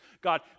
God